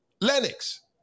Lennox